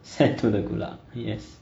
sent to the gulag yes